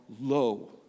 low